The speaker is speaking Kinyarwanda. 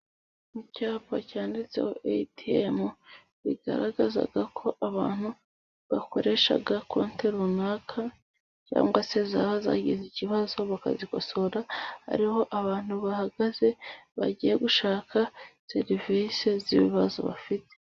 Mu cyapa cyanditseho eyitiyemu, bigaragaza ko abantu bakoresha konte runaka, cyangwa se zaba zagize ikibazo bakazikosora. Hariho abantu bahagaze, bagiye gushaka serivisi z'ibibazo bafite.